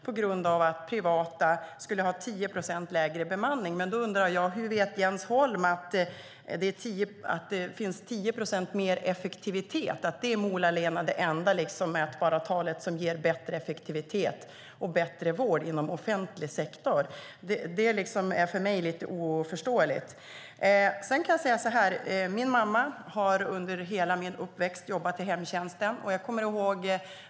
Hur vet Jens Holm att effektiviteten är 10 procent bättre och att bemanningen är det enda mätbara tal som ger bättre effektivitet och bättre vård inom offentlig sektor? Det är obegripligt för mig. Under hela min uppväxt jobbade min mamma inom hemtjänsten.